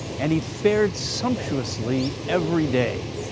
and he fared sumptuously every day.